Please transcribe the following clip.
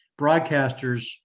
broadcasters